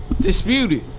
Disputed